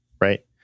right